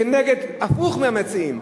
כנגד, הפוך מהמציעים.